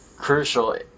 crucial